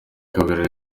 kabiri